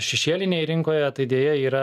šešėlinėj rinkoje tai deja yra